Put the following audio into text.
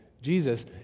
Jesus